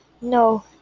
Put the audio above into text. No